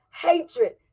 Hatred